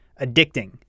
addicting